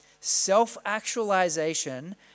self-actualization